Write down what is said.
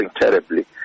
terribly